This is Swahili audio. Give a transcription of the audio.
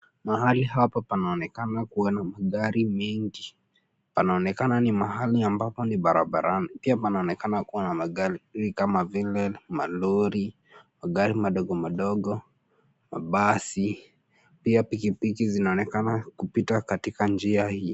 Hapa panaonekana kuwa na magari mengi. Panaonekana ni mahali ambapo ni barabarani. Pia panaonekana kuwa na magari kama vile malori, magari madogo madogo, mabasi pia pikipiki zinaonekana kupita katika njia hii.